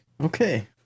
Okay